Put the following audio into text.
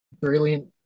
brilliant